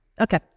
Okay